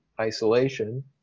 isolation